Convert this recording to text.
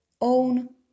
own